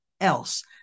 else